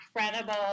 incredible